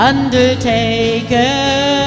undertaker